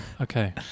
Okay